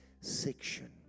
section